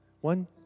One